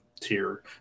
tier